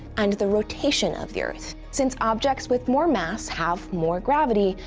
and the rotation of the earth. since objects with more mass have more gravity,